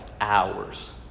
Hours